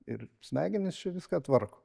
ir smegenys čia viską tvarko